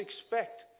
expect